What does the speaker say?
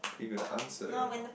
can you gonna answer